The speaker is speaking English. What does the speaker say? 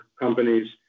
companies